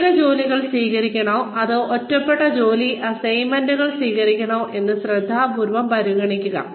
പ്രത്യേക ജോലികൾ സ്വീകരിക്കണോ അതോ ഒറ്റപ്പെട്ട ജോലി അസൈൻമെന്റുകൾ സ്വീകരിക്കണോ എന്ന് ശ്രദ്ധാപൂർവ്വം പരിഗണിക്കുക